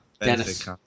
Dennis